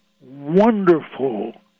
wonderful